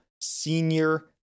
senior